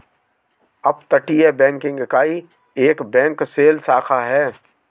अपतटीय बैंकिंग इकाई एक बैंक शेल शाखा है